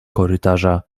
korytarza